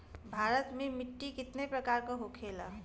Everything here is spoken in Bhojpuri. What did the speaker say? भारत में मिट्टी कितने प्रकार का होखे ला?